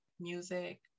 music